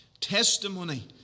testimony